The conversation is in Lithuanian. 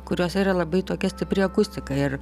kuriose yra labai tokia stipri akustika ir